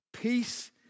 Peace